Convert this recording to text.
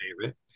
favorite